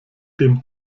dem